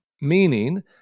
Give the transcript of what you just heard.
meaning